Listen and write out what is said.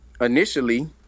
initially